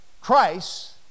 christ